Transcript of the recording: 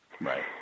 Right